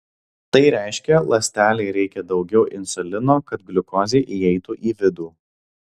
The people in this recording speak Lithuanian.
tai reiškia ląstelei reikia daugiau insulino kad gliukozė įeitų į vidų